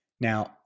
Now